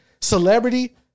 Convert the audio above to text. Celebrity